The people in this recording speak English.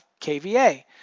kVA